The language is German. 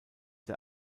der